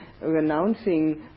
Renouncing